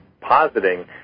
positing